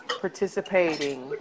participating